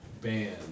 band